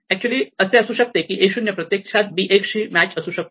actually असे असू शकते की a 0 प्रत्यक्षात b 1 शी मॅच असू शकतो